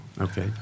Okay